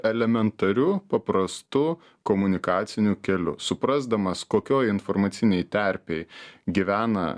elementariu paprastu komunikaciniu keliu suprasdamas kokioj informacinėj terpėj gyvena